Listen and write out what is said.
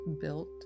built